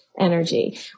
energy